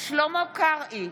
שלמה קרעי,